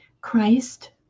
Christ